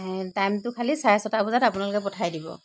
টাইমটো খালি চাৰে ছয়টা বজাত আপোনালোকে পঠাই দিব